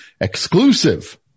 exclusive